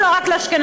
או לא רק לאשכנזים.